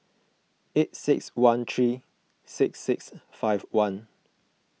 eight six one three six six five one